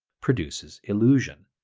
produces illusion.